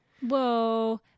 Whoa